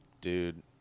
Dude